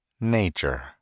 Nature